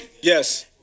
yes